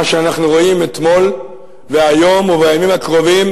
מה שאנחנו רואים אתמול והיום ובימים הקרובים